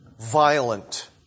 violent